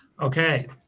Okay